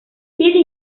chiedi